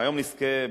היום נזכה,